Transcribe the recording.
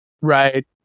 Right